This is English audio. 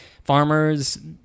Farmers